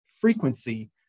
frequency